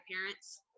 parents